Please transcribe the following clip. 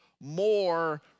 more